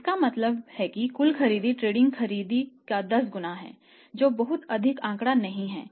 इसका मतलब है कि कुल खरीद क्रेडिट खरीद का 10 गुना है जो बहुत अधिक आंकड़ा नहीं है